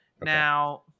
Now